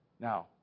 Now